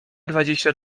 dwadzieścia